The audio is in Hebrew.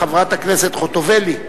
חברת הכנסת חוטובלי,